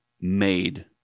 made